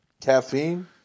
Caffeine